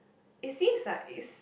it seems like it's